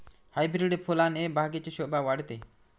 hybrid फुलाने बागेची शोभा वाढते